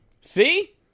See